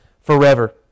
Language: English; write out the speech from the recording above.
forever